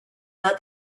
that